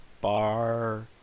Bar